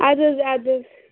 اَدٕ حظ اَدٕ حظ